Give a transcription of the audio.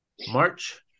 March